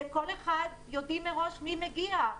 יודעים מראש מי מגיע.